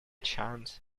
chance